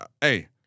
Hey